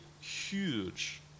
huge